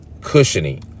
cushiony